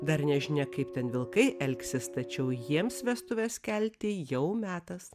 dar nežinia kaip ten vilkai elgsis tačiau jiems vestuves kelti jau metas